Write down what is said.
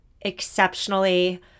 exceptionally